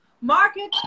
market